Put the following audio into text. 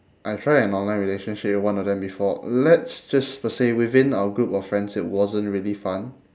I tried an online relationship with one of them before let's just to say within our group of friends it wasn't really fun